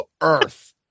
earth